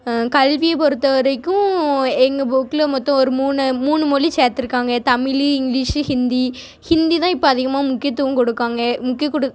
கல்வியை பொறுத்த வரைக்கும் எ எங்கள் புக்கில் மொத்தம் ஒரு மூணு மூணு மொழி சேர்த்துருக்காங்க தமிழி இங்கிலீஷு ஹிந்தி ஹிந்தி தான் இப்போ அதிகமாக முக்கியத்துவம் கொடுக்காங்க முக்கியம் கொடு